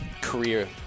career